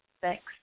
Thanks